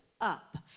up